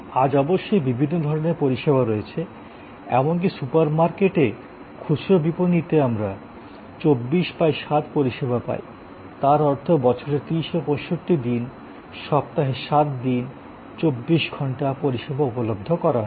আজ অবশ্যই বিভিন্ন ধরণের পরিষেবা রয়েছে এমনকি সুপার মার্কেটে খুচরা বিপনীতে আমরা ২৪ x ৭ পরিষেবা পাই তার অর্থ বছরের ৩৬৫ দিন সপ্তাহে ৭ দিন ২৪ ঘন্টা পরিষেবা উপলব্ধ করানো